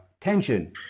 tension